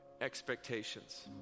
Expectations